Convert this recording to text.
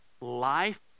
Life